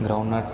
groundnut